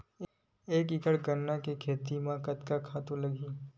एक एकड़ गन्ना के खेती म कतका खातु लगही?